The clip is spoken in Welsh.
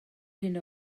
hyn